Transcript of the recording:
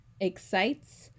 excites